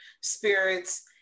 spirits